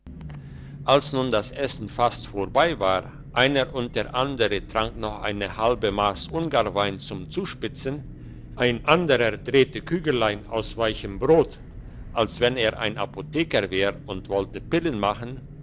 als nun das essen fast vorbei war einer und der andere trank noch eine halbe mass ungarwein zum zuspitzen ein anderer drehte kügelein aus weichem brot als wenn er ein apotheker wär und wollte pillen machen